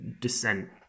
descent